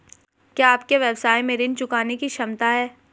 क्या आपके व्यवसाय में ऋण चुकाने की क्षमता है?